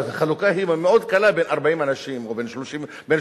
החלוקה היא מאוד קלה בין 40 אנשים או בין 30 אנשים.